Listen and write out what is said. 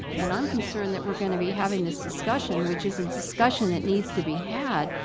and i'm concerned that we're going to be having this discussion, which is a discussion that needs to be had.